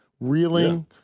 reeling